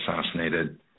assassinated